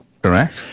Correct